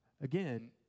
again